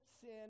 sin